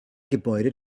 gebäude